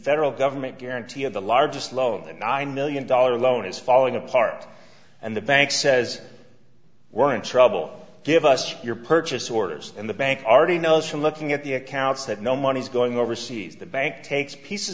federal government guarantee of the largest loan that nine million dollars loan is falling apart and the bank says we're in trouble give us your purchase orders and the bank already knows from looking at the accounts that no money is going overseas the bank takes pieces